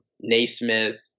Naismith